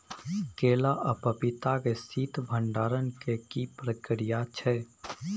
केला आ पपीता के शीत भंडारण के की प्रक्रिया छै?